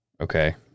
Okay